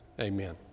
amen